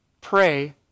pray